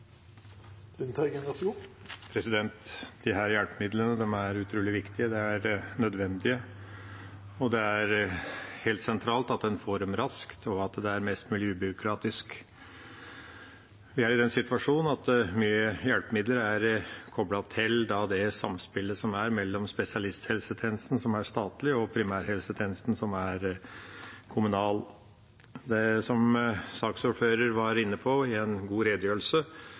utrolig viktige. De er nødvendige, og det er helt sentralt at en får dem raskt, og at det er mest mulig ubyråkratisk. Vi er i den situasjonen at mange hjelpemidler er koblet til samspillet mellom spesialisthelsetjenesten, som er statlig, og primærhelsetjenesten, som er kommunal. Som saksordføreren var inne på i en god redegjørelse,